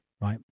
right